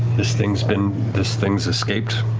this thing's been, this thing's escaped.